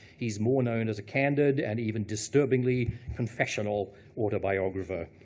he's more known as a candid, and even disturbingly confessional autobiographer.